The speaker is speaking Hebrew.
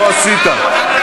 לא עשית.